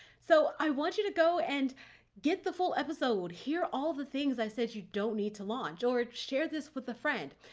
so i want you to go and get the full episode, hear all the things i said you don't need to launch. or, share this with a friend.